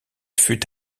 fut